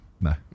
No